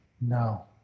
No